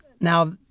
Now